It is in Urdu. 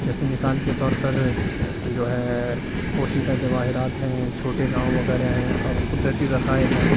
جیسے مثال کے طور پر جو ہے پوشیدہ جواہرات ہیں چھوٹے گاؤں وغیرہ ہیں اور قدرتی ذخائر ہیں